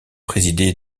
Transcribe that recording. présidé